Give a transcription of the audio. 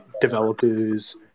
developers